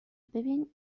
ببین